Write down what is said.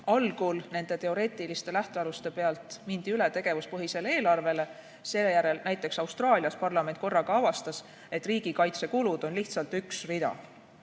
Algul nende teoreetiliste lähtealuste pealt mindi üle tegevuspõhisele eelarvele, seejärel näiteks Austraalias parlament korraga avastas, et riigikaitsekulud on lihtsalt üks rida,